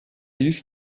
used